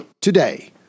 today